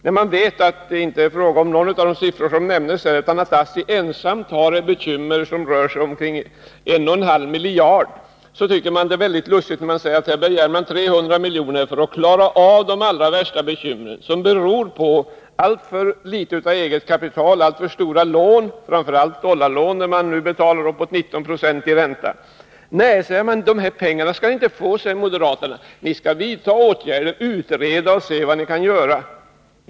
När man vet att det inte är fråga om någon av de siffror som nämndes här utan att ASSI har ett bekymmer som rör sig omkring 1,5 miljarder, så tycker man att det är väldigt lustigt att det begärs 300 milj.kr. för att klara av de allra värsta bekymren, som beror på alltför litet av eget kapital samt på för stora lån, framför allt dollarlån, för vilka man nu betalar upp emot 19 26 i ränta. Nej, säger moderaterna, de här pengarna skall ni inte få, utan ni skall vidta åtgärder för att utreda och se vad ni kan göra.